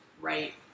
right